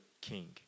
king